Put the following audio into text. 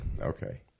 Okay